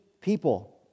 people